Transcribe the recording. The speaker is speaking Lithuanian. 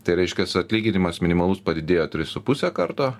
tai reiškias atlyginimas minimalus padidėjo tris su puse karto